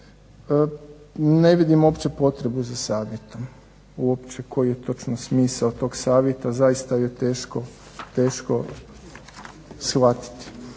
Ne vidim uopće potrebu za savjetom, uopće koji je to smisao tog savjeta zaista je teško shvatiti.